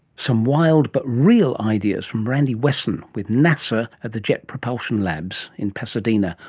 some wild but real ideas from randii wessen with nasa at the jet propulsion labs in pasadena,